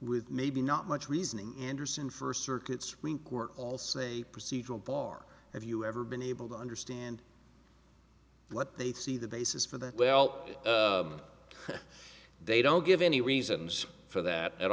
with maybe not much reasoning anderson first circuits were all say procedural bar have you ever been able to understand what they see the basis for that well they don't give any reasons for that at